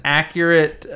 accurate